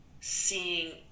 seeing